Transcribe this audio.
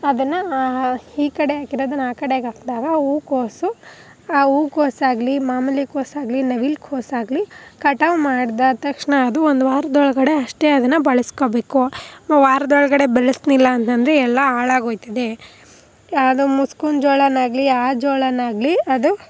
ಅದನ್ನು ಈ ಕಡೆ ಹಾಕಿದ್ದು ಅದನ್ನ ಆ ಕಡೆಗೆ ಹಾಕ್ದಾಗ ಹೂಕೋಸು ಆ ಹೂಕೋಸಾಗ್ಲಿ ಮಾಮೂಲಿ ಕೋಸಾಗಲಿ ನವಿಲು ಕೋಸಾಗಲಿ ಕಟಾವು ಮಾಡಿದ್ದಾದ್ ತಕ್ಷಣ ಅದು ಒಂದು ವಾರದ ಒಳಗಡೆ ಅಷ್ಟೆ ಅದನ್ನು ಬಳಸ್ಕೊಳ್ಬೇಕು ವಾರದ ಒಳಗಡೆ ಬೆಳೆಸಲಿಲ್ಲಂತಂದ್ರೆ ಎಲ್ಲ ಹಾಳಾಗಿ ಹೋಗ್ತದೆ ಯಾವುದೋ ಮುಸ್ಕಿನ ಜೋಳನಾಗಲಿ ಯಾ ಜೋಳನಾಗಲಿ ಅದು